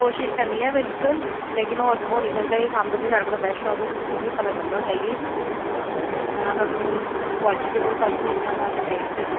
कोशिश करनी ऐ बिल्कुल लेकिन हो नेई सकदा ऐ एह् साम्बे दी सारे कोला बेस्ट शाॅप ऐ तुसे कुते बी पता करी लो जाइयै ना थुहानू क्वालिटी च कोई फर्क मिलना ना कोई रैट च